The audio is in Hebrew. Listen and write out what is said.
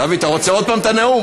253 נתקבלו.